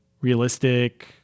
realistic